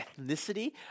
ethnicity